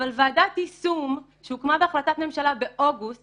אבל ועדת יישום שהוקמה בהחלטת ממשלה באוגוסט